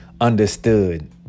understood